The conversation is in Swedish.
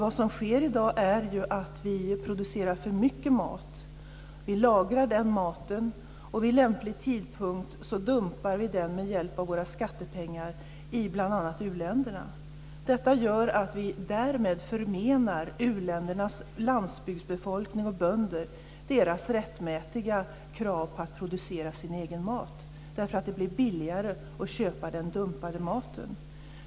Vad som sker i dag är att vi producerar för mycket mat. Vi lagrar den maten, och vid lämplig tidpunkt dumpar vi den med hjälp av våra skattepengar i bl.a. u-länderna. Därmed förmenar vi u-ländernas landsbygdsbefolkning och bönder deras rättmätiga krav på att producera sin egen mat därför att det blir billigare att köpa den dumpade maten.